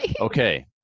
Okay